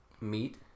meat